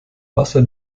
wasser